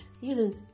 using